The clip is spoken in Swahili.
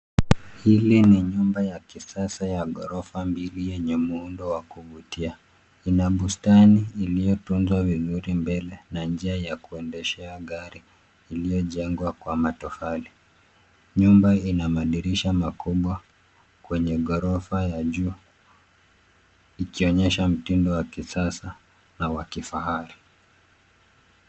Hili ni nyumba ya kisasa ya gorofa mbili nyeye muundo wa kuvutia, ina bustani iliyo tunzwa vizuri mbele na njia ya kuendeshea gari, iliyo njengwa kwa matofari. Nyumba ina madirisha makubwa kwenye gorofa ya juu ikionyesha mtindo wa kisasa na wakifahari.